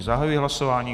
Zahajuji hlasování.